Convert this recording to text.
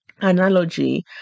analogy